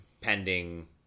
pending